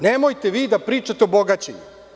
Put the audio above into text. Nemojte vi da pričate o bogatima.